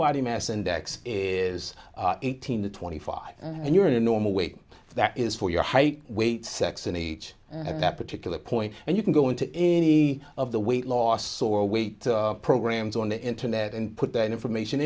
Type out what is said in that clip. body mass index is eighteen to twenty five and you're in a normal weight that is for your height weight sex and at that particular point and you can go in to any of the weight loss or weight programs on the internet and put that information